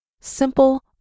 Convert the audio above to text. Simple